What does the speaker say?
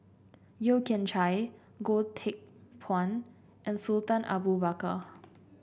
Yeo Kian Chye Goh Teck Phuan and Sultan Abu Bakar